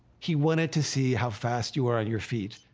he wanted to see how fast you were on your feet.